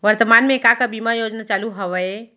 वर्तमान में का का बीमा योजना चालू हवये